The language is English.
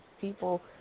people